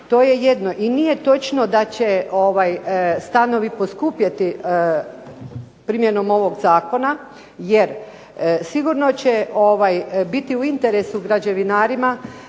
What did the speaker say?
to je jedno, i nije točno da će ovaj stanovi poskupjeti primjenom ovog Zakona jer sigurno će biti u interesu građevinarima